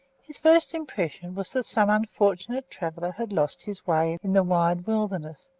his first impression was that some unfortunate traveller had lost his way in the wide wilderness,